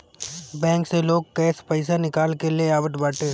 bank से लोग cash पईसा निकाल के ले आवत बाटे